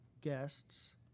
guests